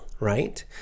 Right